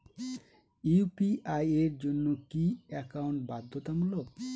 UPI এর জন্য কি একাউন্ট বাধ্যতামূলক?